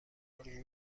آرژول